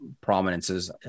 prominences